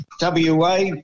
WA